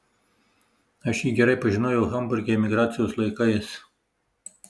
aš jį gerai pažinojau hamburge emigracijos laikais